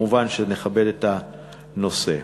מובן שנכבד את הנושא.